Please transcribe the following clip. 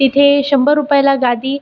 तिथे शंभर रुपयाला गादी